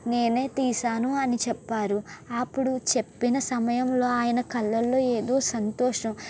నేనే తీసాను అని చెప్పారు అప్పుడు చెప్పిన సమయంలో ఆయన కళ్ళల్లో ఏదో సంతోషం